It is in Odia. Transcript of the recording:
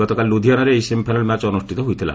ଗତକାଲି ଲୁଧିଆନାରେ ଏହି ସେମିଫାଇନାଲ୍ ମ୍ୟାଚ୍ ଅନୁଷ୍ଠିତ ହୋଇଥିଲା